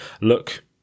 look